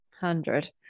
Hundred